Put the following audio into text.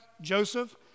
Joseph